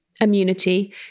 immunity